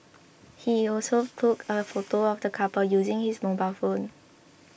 he also took a photo of the couple using his mobile phone